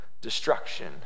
destruction